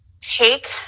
take